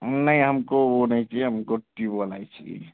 नहीं हमको वो नही चाहिए हमको ट्यूब वाला ही चाहिए